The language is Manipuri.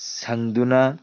ꯁꯪꯗꯨꯅ